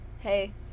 hey